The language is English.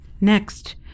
Next